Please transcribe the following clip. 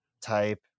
type